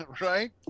Right